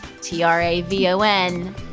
T-R-A-V-O-N